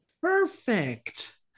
Perfect